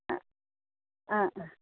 आं आं आं